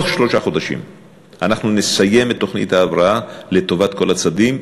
בתוך שלושה חודשים אנחנו נסיים את תוכנית ההבראה לטובת כל הצדדים,